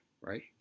Right